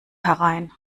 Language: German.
herein